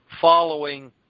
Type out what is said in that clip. following